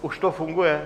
Už to funguje?